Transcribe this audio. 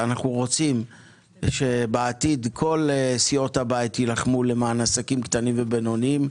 אנחנו רוצים שבעתיד כל סיעות הבית יילחמו למען עסקים קטנים ובינוניים,